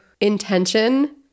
intention